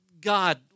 God